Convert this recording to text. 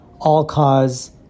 all-cause